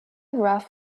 rough